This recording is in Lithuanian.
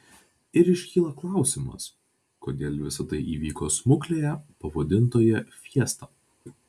ir iškyla klausimas kodėl visa tai įvyko smuklėje pavadintoje fiesta